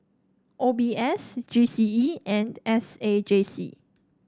O B S G C E and S A J C